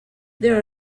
there